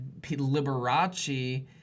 Liberace